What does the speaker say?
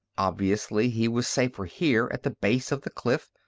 obviously he was safer here at the base of the cliff,